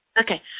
Okay